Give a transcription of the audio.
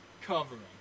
covering